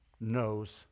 knows